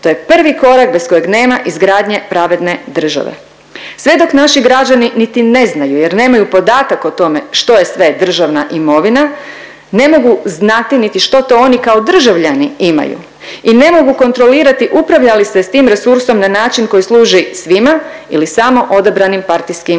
to je prvi korak bez kojeg nema izgradnje pravedne države. Sve dok naši građani niti ne znaju jer nemaju podatak o tome što je sve državna imovina ne mogu znati niti što to oni kao državljani imaju i ne mogu kontrolirati upravlja li se s tim resursom na način koji služi svima ili samo odabranim partijskim elitama.